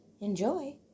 Enjoy